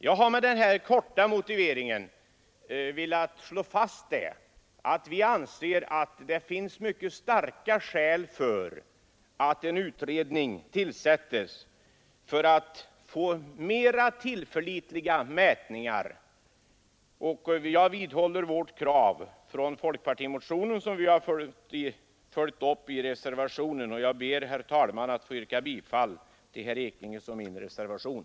Jag har med den här korta motiveringen velat slå fast att vi anser att det finns mycket starka skäl för att tillsätta en utredning för att få mera tillförlitliga mätningar. Jag vidhåller vårt krav från folkpartimotionen, som vi har följt upp i reservationen, och ber, herr talman, att få yrka bifall till herr Ekinges och min reservation.